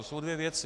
Jsou dvě věci.